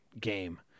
game